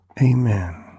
Amen